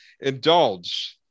indulge